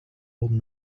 old